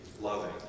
loving